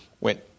went